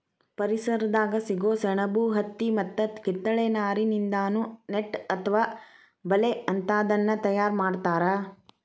ಪರಿಸರದಾಗ ಸಿಗೋ ಸೆಣಬು ಹತ್ತಿ ಮತ್ತ ಕಿತ್ತಳೆ ನಾರಿನಿಂದಾನು ನೆಟ್ ಅತ್ವ ಬಲೇ ಅಂತಾದನ್ನ ತಯಾರ್ ಮಾಡ್ತಾರ